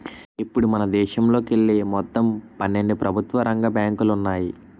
ఇప్పుడు మనదేశంలోకెళ్ళి మొత్తం పన్నెండు ప్రభుత్వ రంగ బ్యాంకులు ఉన్నాయి